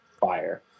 fire